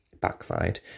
backside